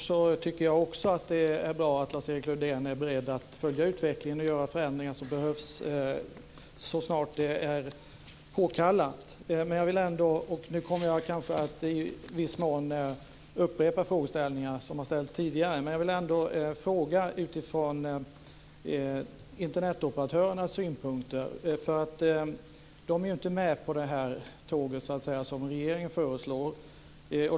Fru talman! Jag tycker också att det är bra att Lars-Erik Lövdén är beredd att följa utvecklingen och göra de förändringar som behövs så snart det är påkallat. Jag kommer kanske att i viss mån upprepa frågor som ställts tidigare, men jag vill ändå fråga utifrån Internetoperatörernas synpunkt. De är inte med på det här tåget som regeringen föreslår.